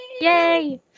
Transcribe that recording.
Yay